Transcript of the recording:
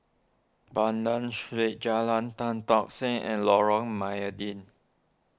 Banda Street Jalan Tan Tock Seng and Lorong Mydin